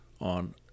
on